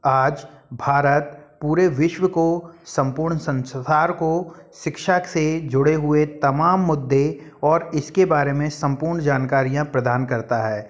आज भारत पूरे विश्व को सम्पूर्ण संसार को शिक्षा से जुड़े हुए तमाम मुद्दे और इसके बारे में सम्पूर्ण जानकारियाँ प्रदान करता है